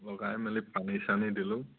লগাই মেলি পানী চানী দিলোঁ